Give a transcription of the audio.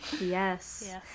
Yes